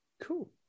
Cool